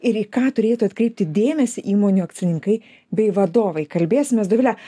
ir į ką turėtų atkreipti dėmesį įmonių akcininkai bei vadovai kalbėsimės dovile